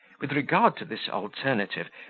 with regard to this alternative,